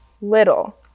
little